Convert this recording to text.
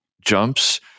jumps